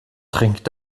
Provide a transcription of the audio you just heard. trinkt